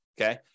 Okay